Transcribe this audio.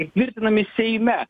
ir tvirtinami seime